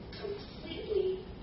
completely